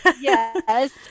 Yes